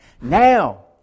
Now